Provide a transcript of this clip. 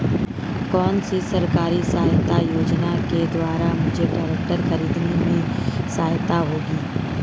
कौनसी सरकारी सहायता योजना के द्वारा मुझे ट्रैक्टर खरीदने में सहायक होगी?